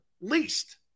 Least